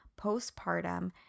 postpartum